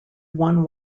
one